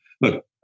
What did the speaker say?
look